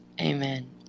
Amen